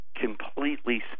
completely